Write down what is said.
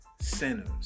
sinners